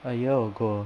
a year ago